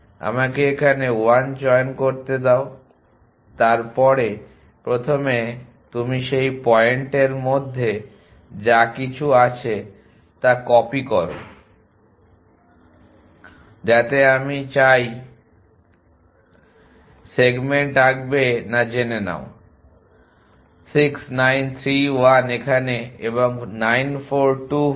আমাকে এখানে 1 চয়ন করতে দিন তারপর প্রথমে তুমি সেই 2 পয়েন্টের মধ্যে যা কিছু আছে তা কপি করো যাতে আমি চাই সেগমেন্ট আঁকবে না জেনে নাও 6 9 3 1 এখানে এবং 9 4 2 5